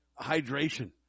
hydration